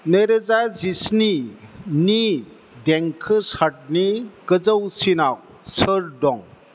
नैरोजा जिस्निनि देंखो सार्टनि गोजौसिनाव सोर दं